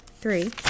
three